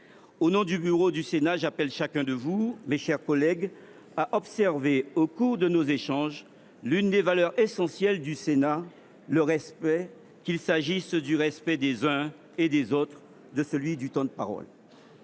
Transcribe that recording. Au nom du bureau du Sénat, j’appelle chacun de vous à observer au cours de nos échanges l’une des valeurs essentielles du Sénat : le respect, qu’il s’agisse du respect des uns et des autres ou de celui du temps de parole.